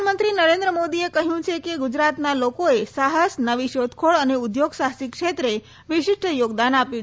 પ્રધાનમંત્રી નરેન્દ્ર મોદીએ કહ્યું કે ગુજરાતના લોકોએ સાહસ નવી શોધખોળ અને ઉદ્યોગ સાહસિક ક્ષેત્રે વિશિષ્ટ યોગદાન આપ્યું છે